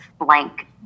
blank